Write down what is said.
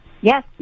yes